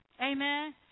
Amen